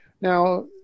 Now